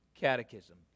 catechism